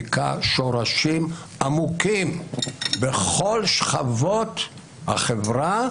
היכה שורשים עמוקים בכל שכבות החברה,